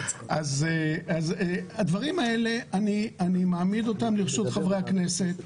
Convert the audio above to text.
את הדברים האלה אני מעמיד לרשות חברי הכנסת,